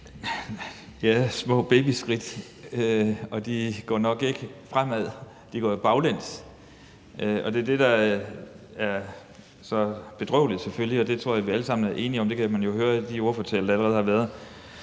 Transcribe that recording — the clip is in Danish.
er små babyskridt, og de går nok ikke fremad, de går baglæns. Det er selvfølgelig det, der er så bedrøveligt, og det tror jeg vi alle sammen er enige om. Det kan man jo høre i de ordførertaler, der allerede har været.